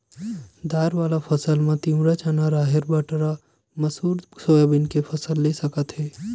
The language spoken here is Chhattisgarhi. दार वाला फसल म तिंवरा, चना, राहेर, बटरा, मसूर, सोयाबीन के फसल ले सकत हे